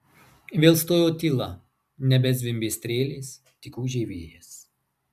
vėl stojo tyla nebezvimbė strėlės tik ūžė vėjas